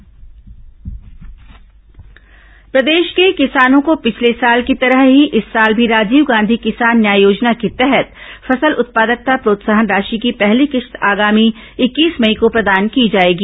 किसान न्याय योजना प्रदेश के किसानों को पिछले साल की तरह ही इस साल भी राजीव गांधी किसान न्याय योजना के तहत फसल उत्पादकता प्रोत्साहन राशि की पहली किश्त आगामी इक्कीस मई को प्रदान की जाएगी